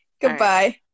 Goodbye